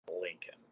Lincoln